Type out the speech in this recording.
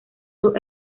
sus